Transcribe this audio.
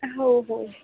हो हो